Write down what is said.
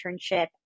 internship